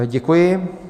Děkuji.